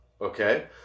okay